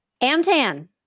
Amtan